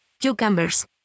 cucumbers